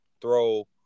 throw